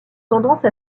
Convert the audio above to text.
tendance